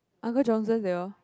uncle Johnson they all